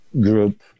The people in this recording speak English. group